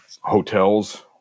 hotels